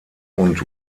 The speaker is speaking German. und